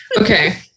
Okay